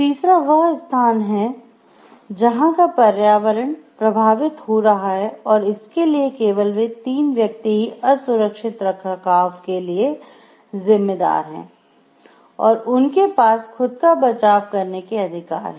तीसरा वह स्थान है जहां का पर्यावरण प्रभावित हो रहा है और इसके लिए केवल वे तीन व्यक्ति ही असुरक्षित रखरखाव के लिए जिम्मेदार है और उनके पास खुद का बचाव करने के अधिकार हैं